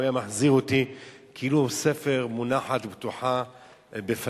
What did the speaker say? הוא היה מחזיר אותי כאילו ספר מונח פתוח בפניו.